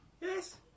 Yes